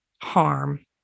harm